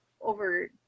over